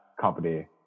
company